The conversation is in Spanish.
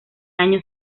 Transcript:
año